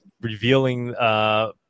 revealing